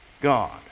God